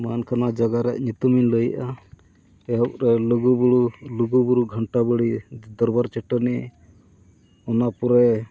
ᱢᱟᱱᱠᱷᱟᱱᱟ ᱡᱟᱭᱜᱟ ᱨᱮ ᱧᱩᱛᱩᱢᱤᱧ ᱞᱟᱹᱭᱮᱜᱼᱟ ᱮᱦᱚᱵ ᱨᱮ ᱞᱩᱜᱩᱵᱩᱨᱩ ᱞᱩᱜᱩᱵᱩᱨᱩ ᱜᱷᱟᱱᱴᱟ ᱵᱟᱲᱮ ᱫᱚᱨᱵᱟᱨ ᱪᱟᱹᱴᱟᱹᱱᱤ ᱚᱱᱟ ᱯᱚᱨᱮ